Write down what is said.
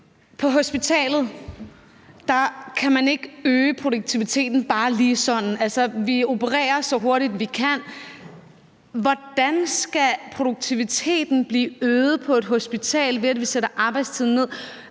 på hospitalet kan man ikke øge produktiviteten bare lige sådan. Vi opererer så hurtigt, vi kan. Hvordan skal produktiviteten blive øget på et hospital ved, at vi sætter arbejdstiden ned?